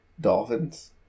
dolphins